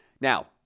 Now